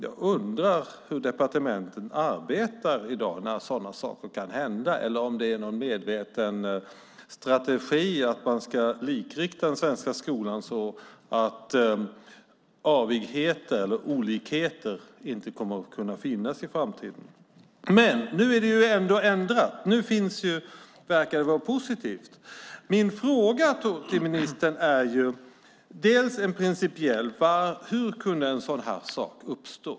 Jag undrar hur departementen arbetar i dag när sådana saker kan hända, eller om det är någon medveten strategi att man ska likrikta den svenska skolan så att avigheter eller olikheter inte kommer att kunna finnas i framtiden. Men nu är det ändrat, och nu verkar det vara positivt. Jag har en principiell fråga: Hur kunde en sådan här sak uppstå?